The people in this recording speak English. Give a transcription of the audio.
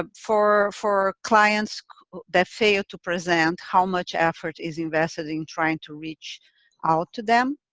um for for clients that fail to present, how much effort is invested in trying to reach out to them.